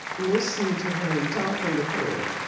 listening to her and talking with her,